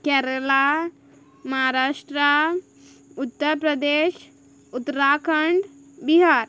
Kerala Maharashtra Uttar Pradesh Uttarakhand Bihar